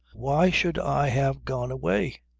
why should i have gone away?